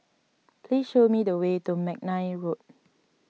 please show me the way to McNair Road